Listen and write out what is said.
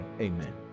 amen